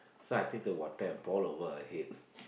so I take the water and pour over her head